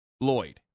Lloyd